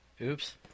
Oops